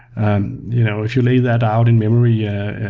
and you know if you lay that out in memory yeah